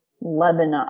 Lebanon